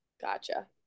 Gotcha